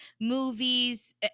movies